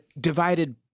divided